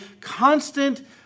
constant